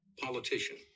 politician